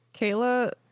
Kayla